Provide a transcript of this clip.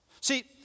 See